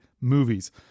movies